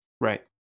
right